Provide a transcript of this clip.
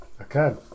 Okay